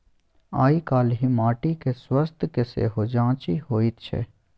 आयकाल्हि माटिक स्वास्थ्यक सेहो जांचि होइत छै